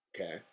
Okay